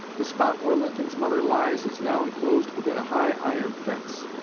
the spot where lincoln's mother lies is now enclosed within a high iron fence.